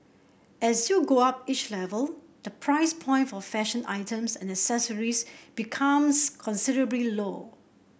as you go up each level the price point for fashion items and accessories becomes considerably low